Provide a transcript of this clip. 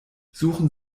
suchen